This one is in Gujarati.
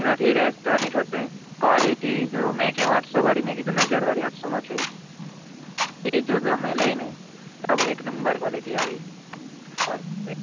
એનાથી લેસ તો નહીં થશે ક્વોલિટી જો મેં કેવું તો આઠસો વાળી મેં કીધુંને હજારવાળી આઠસોમાં છે ઈ જો તમે લઈને તો બી એક નંબર ક્વોલિટી આવે પરફેક્ટ